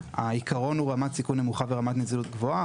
והעיקרון הוא רמת סיכון נמוכה ורמת נזילות גבוהה.